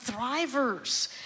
thrivers